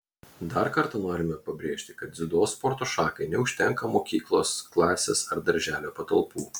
dar kartą norime pabrėžti kad dziudo sporto šakai neužtenka mokyklos klasės ar darželio patalpų